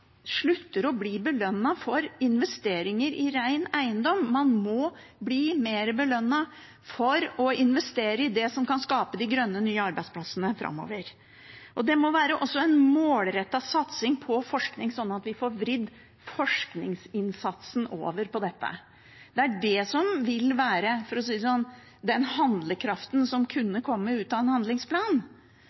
slutter å bli belønnet for investeringer i ren eiendom. Man må bli mer belønnet for å investere i det som kan skape de nye, grønne arbeidsplassene framover. Det må også være en målrettet satsing på forskning, slik at vi får vridd forskningsinnsatsen over på dette. Det er det som vil være, for å si det slik, den handlekraften som kunne komme ut av en handlingsplan.